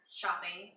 shopping